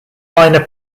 minor